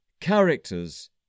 characters